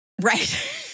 right